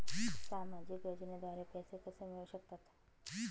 सामाजिक योजनेद्वारे पैसे कसे मिळू शकतात?